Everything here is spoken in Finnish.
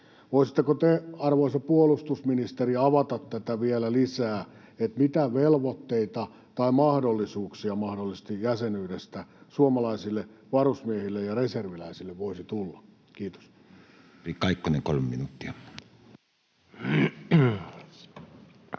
Voisitteko te, arvoisa puolustusministeri, avata tätä vielä lisää, mitä velvoitteita tai mahdollisuuksia mahdollisesti jäsenyydestä suomalaisille varusmiehille ja reserviläisille voisi tulla? — Kiitos.